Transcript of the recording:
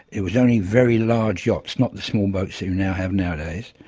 it was only very large yachts, not the small boats that you now have nowadays.